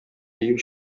дию